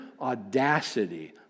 audacity